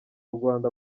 rwanda